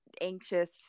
anxious